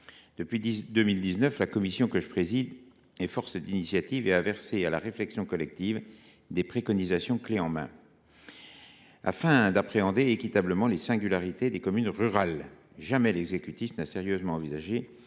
Depuis 2019, la commission que je préside est force d’initiative et a versé à la réflexion collective des préconisations clés en main afin d’appréhender équitablement les singularités des communes rurales. Jamais l’exécutif n’a sérieusement envisagé